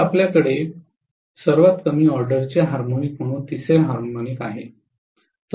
तर आपल्याकडे सर्वात कमी ऑर्डरचे हार्मोनिक म्हणून तिसरे हार्मोनिक आहे